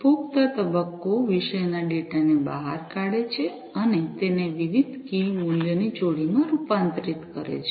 ઉપભોક્તા તબક્કો વિષયના ડેટાને બહાર કાઢે છે અને તેને વિવિધ કી મૂલ્યની જોડીમાં રૂપાંતરિત કરે છે